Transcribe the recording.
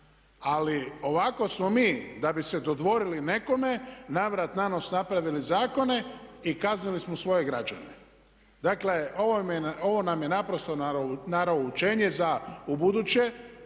Ali ovako smo mi da bi se dodvorili nekome na vrat na nos napravili zakone i kaznili smo svoje građane. Dakle, ovo nam je naprosto …/Govornik se